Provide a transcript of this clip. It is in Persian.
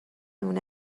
مونه